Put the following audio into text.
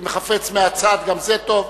אם הוא חפץ מהצד, גם זה טוב.